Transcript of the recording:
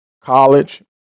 college